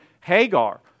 Hagar